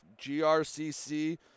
GRCC